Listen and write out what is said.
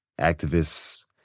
activists